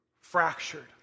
fractured